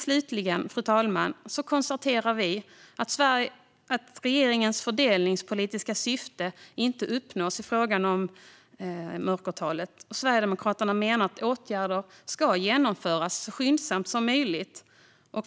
Slutligen, fru talman, konstaterar vi att regeringens fördelningspolitiska syfte inte uppnås i fråga om mörkertalet. Sverigedemokraterna menar att åtgärder ska genomföras så skyndsamt som möjligt.